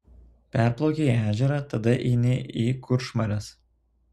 perplaukei ežerą tada eini į kuršmares